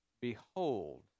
Behold